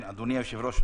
אדוני היושב-ראש,